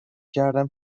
کردم